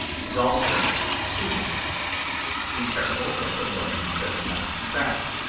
is also soothing be careful that the limb does not contract,